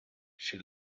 she